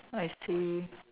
I see